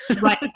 right